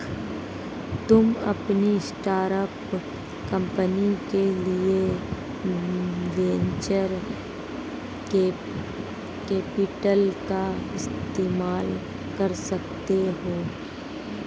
तुम अपनी startup company के लिए वेन्चर कैपिटल का इस्तेमाल कर सकते हो